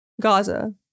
Gaza